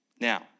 Now